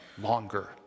longer